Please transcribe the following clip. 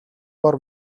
бор